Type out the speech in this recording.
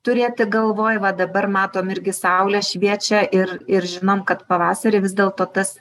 turėti galvoj va dabar matom irgi saulė šviečia ir ir žinom kad pavasarį vis dėlto tas